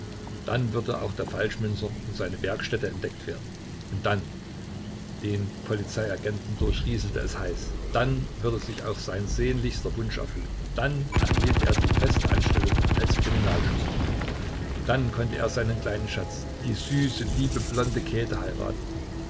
dann würde auch der falschmünzer und seine werkstätte entdeckt werden und dann den polizeiagenten durchrieselte es heiß dann würde sich auch sein sehnlichster wunsch erfüllen dann erhielt er die feste anstellung als kriminalschutzmann dann konnte er seinen kleinen schatz die süße liebe blonde käthe heiraten